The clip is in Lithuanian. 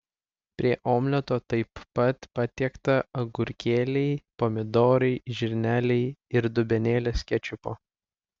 prie omleto taip pat patiekta agurkėliai pomidorai žirneliai ir dubenėlis kečupo